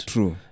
True